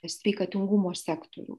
sveikatingumo sektorių